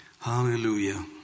hallelujah